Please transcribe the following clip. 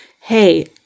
hey